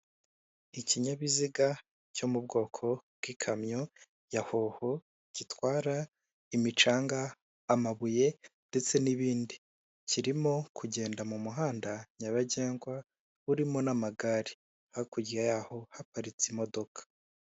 Ikinyabiziga cyo mu bwoko bw'ikamyo ya hoho, gitwara imicanga, amabuye ndetse n'ibindi. Kirimo kugenda mu muhanda nyabagendwa, urimo n'amagare. Hakurya yaho haparitse imodoka.